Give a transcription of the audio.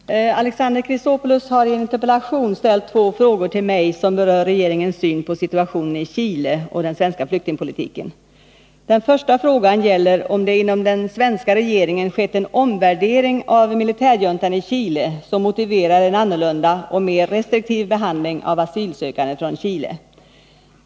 Herr talman! Alexander Chrisopoulos har i en interpellation ställt två frågor till mig som berör regeringens syn på situationen i Chile och den svenska flyktingpolitiken. Den första frågan gäller om det inom den svenska regeringen skett en omvärdering av militärjuntan i Chile som motiverar en annorlunda och mer restriktiv behandling av asylsökande från Chile.